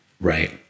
right